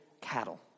cattle